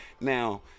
Now